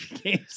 games